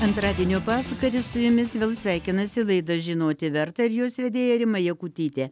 antradienio pavakarę su jumis vėl sveikinasi laida žinoti verta ir jos vedėja rima jakutytė